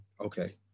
Okay